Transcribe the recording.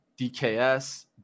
DKS